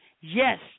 yes